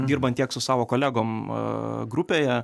dirbant tiek su savo kolegom grupėje